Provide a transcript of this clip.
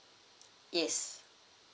yes